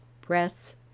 breasts